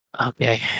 okay